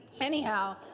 Anyhow